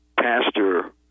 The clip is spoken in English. pastor